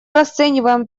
расцениваем